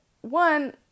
one